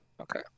Okay